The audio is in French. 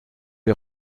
les